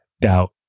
doubt